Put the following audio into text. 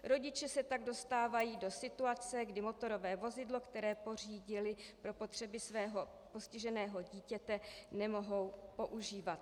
Rodiče se tak dostávají do situace, kdy motorové vozidlo, které pořídili pro potřeby svého postiženého dítěte, nemohou používat.